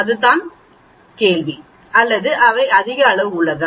அதுதான் கேள்வி அல்லது அவை அதிக அளவு உள்ளதா